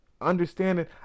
Understanding